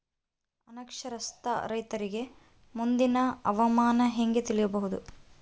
ಅನಕ್ಷರಸ್ಥ ರೈತರಿಗೆ ಮುಂದಿನ ಹವಾಮಾನ ಹೆಂಗೆ ತಿಳಿಯಬಹುದು?